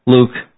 Luke